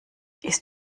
isst